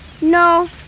No